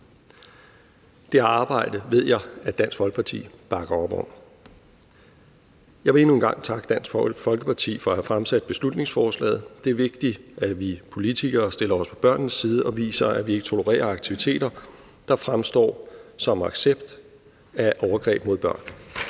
Det arbejde ved jeg at Dansk Folkeparti bakker op om. Jeg vil endnu en gang takke Dansk Folkeparti for at have fremsat beslutningsforslaget. Det er vigtigt, at vi politikere stiller os på børnenes side og viser, at vi ikke tolererer aktiviteter, der fremstår som accept af overgreb mod børn.